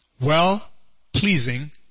well-pleasing